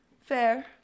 Fair